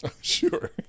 sure